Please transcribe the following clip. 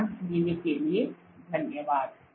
ध्यान देने के लिए धन्यवाद